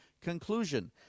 Conclusion